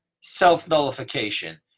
self-nullification